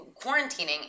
quarantining